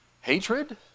hatred